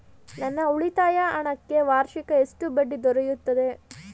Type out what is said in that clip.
ನನ್ನ ಉಳಿತಾಯ ಹಣಕ್ಕೆ ವಾರ್ಷಿಕ ಎಷ್ಟು ಬಡ್ಡಿ ದೊರೆಯುತ್ತದೆ?